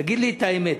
תגיד לי את האמת,